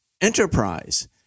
enterprise